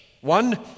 One